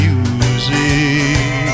Music